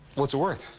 what's it worth?